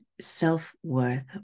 self-worth